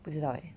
不知道 eh